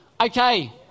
Okay